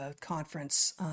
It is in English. conference